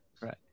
right